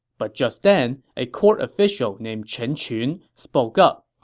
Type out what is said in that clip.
but just then, a court official named chen qun spoke up.